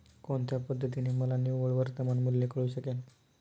कोणत्या पद्धतीने मला निव्वळ वर्तमान मूल्य कळू शकेल?